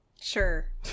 Sure